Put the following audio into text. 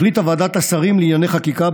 החליטה ועדת השרים לענייני חקיקה,